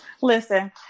Listen